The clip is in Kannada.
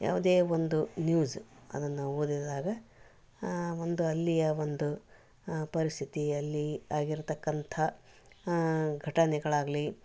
ಯಾವುದೇ ಒಂದು ನ್ಯೂಸ್ ಅದನ್ನು ಓದಿದಾಗ ಒಂದು ಅಲ್ಲಿಯ ಒಂದು ಪರಿಸ್ಥಿತಿಯಲ್ಲಿ ಆಗಿರತಕ್ಕಂಥ ಘಟನೆಗಳಾಗಲಿ